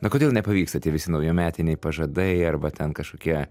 na kodėl nepavyksta tie visi naujametiniai pažadai arba ten kažkokie